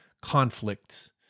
conflict